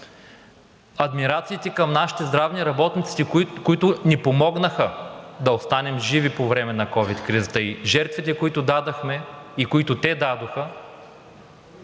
Адмирациите към нашите здравни работници, които ни помогнаха да останем живи по време на ковид кризата, и жертвите, които дадохме и които те дадоха,